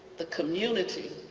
the community,